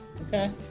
Okay